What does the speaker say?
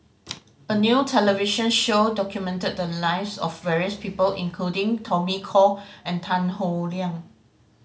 a new television show documented the lives of various people including Tommy Koh and Tan Howe Liang